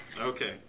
Okay